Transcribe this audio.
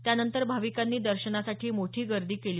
त्यानंतर भाविकांनी दर्शनासाठी मोठी गर्दी केली